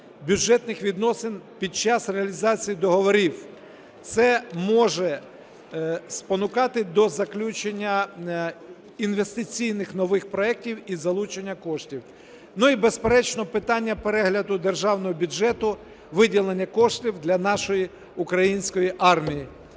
бюджетних відносин під час реалізації договорів. Це може спонукати до заключення інвестиційних нових проектів і залучення коштів. Ну і, безперечно, питання перегляду державного бюджету, виділення коштів для нашої української армії.